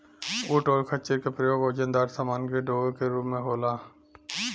ऊंट और खच्चर का प्रयोग वजनदार समान के डोवे के रूप में होला